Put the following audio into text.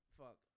fuck